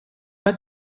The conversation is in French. pas